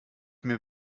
mir